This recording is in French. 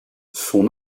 son